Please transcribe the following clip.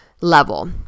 Level